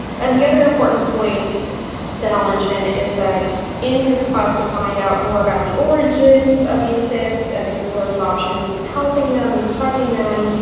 and the other important point that i'll mention is that in his quest to find out more about the origins of these sets and explore his options and helping them and protecting them,